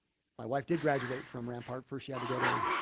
my wife did graduate from rampart. first she had to go to